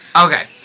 Okay